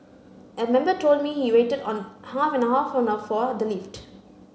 a member told me he waited on half an hour for the lift